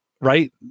Right